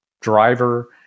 driver